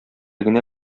генә